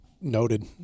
Noted